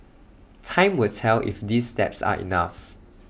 time will tell if these steps are enough